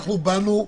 אנחנו אומרים: